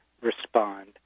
respond